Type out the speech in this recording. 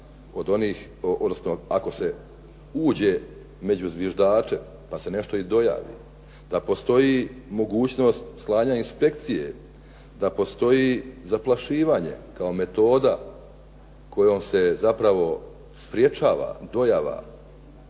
odnosno ako se uđe među zviždače pa se nešto i dojavi, da postoji mogućnost slanja inspekcije, da postoji zaprašivanje kao metoda kojom se zapravo sprječava dojava